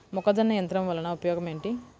మొక్కజొన్న యంత్రం వలన ఉపయోగము ఏంటి?